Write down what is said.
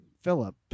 Philip